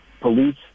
police